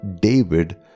David